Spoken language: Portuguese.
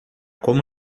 como